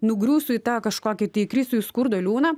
nugriūsiu į tą kažkokį tai įkrisiu į skurdo liūną